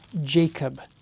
Jacob